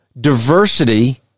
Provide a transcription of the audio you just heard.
diversity